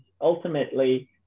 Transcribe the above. ultimately